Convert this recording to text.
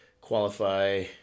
qualify